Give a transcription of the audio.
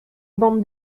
bande